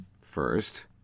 First